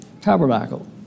tabernacle